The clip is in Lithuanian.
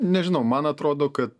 nežinau man atrodo kad